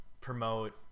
promote